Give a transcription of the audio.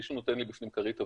מישהו נותן לי בפנים כרית אויר.